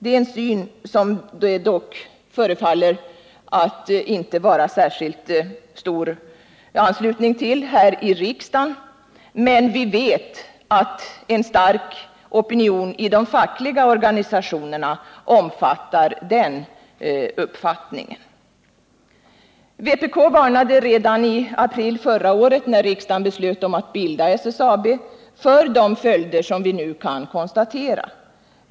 Denna vår syn förefaller dock inte få särskilt stor anslutning här i riksdagen. Men vi vet att en stor opinion i de fackliga organisationerna omfattar den. Vpk varnade redan i april förra året, när riksdagen beslöt om bildandet av SSAB, för de följder som vi nu kan konstatera.